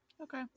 Okay